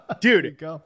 dude